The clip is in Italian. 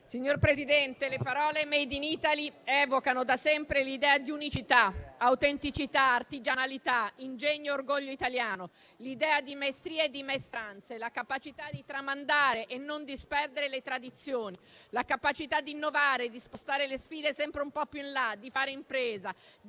Signor Presidente, le parole «*made in Italy*» evocano da sempre l'idea di unicità, autenticità, artigianalità, ingegno, orgoglio italiano, l'idea di maestria e di maestranza, la capacità di tramandare e non disperdere le tradizioni, la capacità di innovare e di spostare le sfide sempre un po' più in là, di fare impresa, di